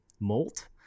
molt